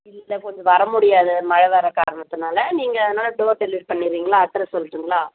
வீட்டில கொஞ்சம் வரமுடியாது மழை வர காரணத்தினால நீங்கள் அதனால் டோர் டெலிவரி பண்ணிடுறீங்களா அட்ரெஸ் சொல்லட்டுங்களா